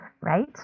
Right